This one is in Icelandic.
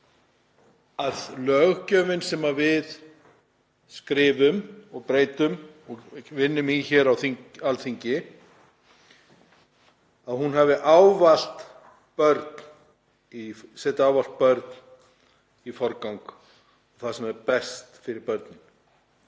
að löggjöfin sem við skrifum og breytum og vinnum á Alþingi setji ávallt börn í forgang, það sem er best fyrir börnin.